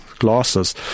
Glasses